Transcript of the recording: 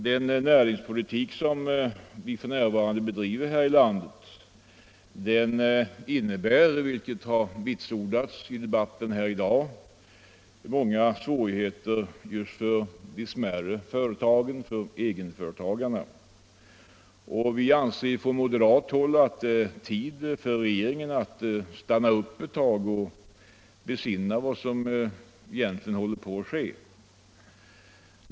Den näringspolitik som vi f. n. bedriver här i landet innebär, vilket har vitsordats i debatten i dag, många svårigheter just för de smärre företagen, för egenföretagarna. Vi anser från moderat håll att det är tid för regeringen att stanna upp och besinna vad som egentligen håller på att ske.